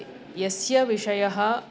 यस्य विषयः